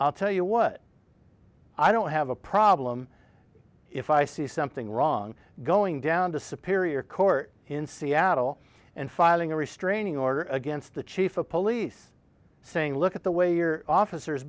i'll tell you what i don't have a problem if i see something wrong going down disappear your court in seattle and filing a restraining order against the chief of police saying look at the way your officers